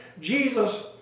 Jesus